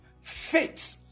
faith